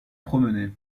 promener